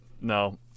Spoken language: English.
No